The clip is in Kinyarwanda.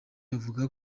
avuga